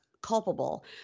Culpable